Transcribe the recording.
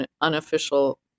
unofficial